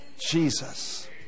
Jesus